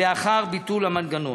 לאחר ביטול המנגנון.